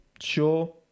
sure